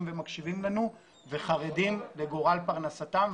ומקשיבים לנו וחרדים לגורל פרנסתם.